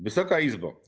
Wysoka Izbo!